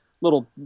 little